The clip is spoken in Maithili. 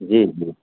जी जी